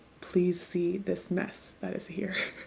please see this mess that is here.